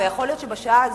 ויכול להיות שבשעה הזאת,